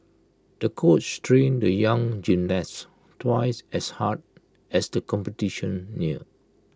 the coach trained the young gymnast twice as hard as the competition neared